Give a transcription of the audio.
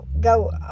go